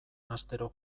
astero